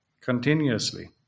continuously